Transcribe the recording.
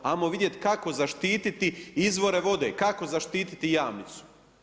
Ajmo vidjeti kako zaštiti izvore vode, kako zaštiti Jamnicu.